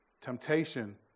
Temptation